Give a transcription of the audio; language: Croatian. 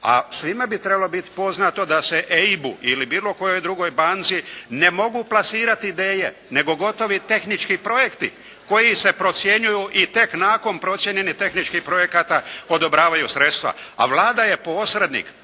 a svima bi trebalo biti poznato da se EIB-u ili bilo kojoj drugoj banci ne mogu plasirati ideje nego gotovi tehnički projekti koji se procjenjuju i tek nakon procijenjenih tehničkih projekata odobravaju sredstva. A Vlada je posrednik,